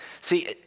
See